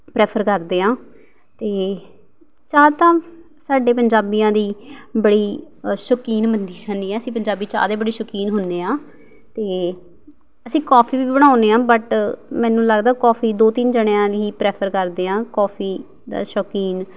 prefer ਕਰਦੇ ਹਾਂ ਅਤੇ ਚਾਹ ਤਾਂ ਸਾਡੇ ਪੰਜਾਬੀਆਂ ਦੀ ਬੜੀ ਸ਼ੌਕੀਨ ਮੰਨੀ ਜਾਂਦੀ ਆ ਅਸੀਂ ਪੰਜਾਬੀ ਚਾਹ ਦੇ ਬੜੇ ਸ਼ੌਕੀਨ ਹੁੰਦੇ ਹਾਂ ਅਤੇ ਅਸੀਂ ਕੌਫ਼ੀ ਵੀ ਬਣਾਉਦੇ ਹਾਂ ਬਟ ਮੈਨੂੰ ਲੱਗਦਾ ਕੌਫ਼ੀ ਦੋ ਤਿੰਨ ਜਾਣਿਆਂ ਲਈ ਹੀ ਪ੍ਰੈਫਰ ਕਰਦੇ ਹਾਂ ਕੌਫ਼ੀ ਦਾ ਸ਼ੌਕੀਨ